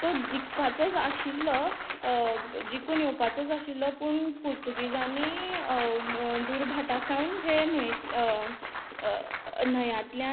तो जिकपाचोच आशिल्लो जिकून येवपाचो आशिल्लो पूण पुर्तुगीजांनी दुर्भाटा सावन जे न्हंयेत न्हयांतल्यान